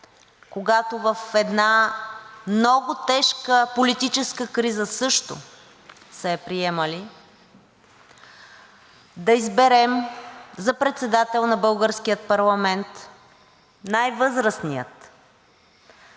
които в една много тежка политическа криза също са я приемали, да изберем за председател на българския парламент най-възрастния,